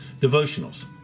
devotionals